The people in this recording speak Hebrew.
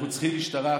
אנחנו צריכים משטרה חזקה,